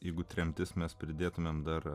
jeigu tremtis mes pridėtumėme dar